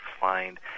find